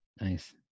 Nice